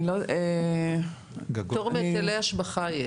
יש פטור מהיטלי השבחה.